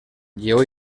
lleó